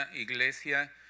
iglesia